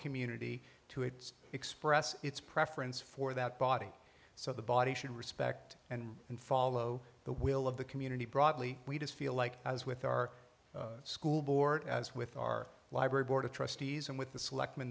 community to its express its preference for that body so the body should respect and and follow the will of the community broadly we just feel like as with our school board as with our library board of trustees and with the selectmen them